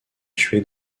tué